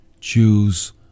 choose